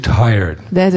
tired